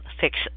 fix